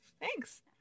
thanks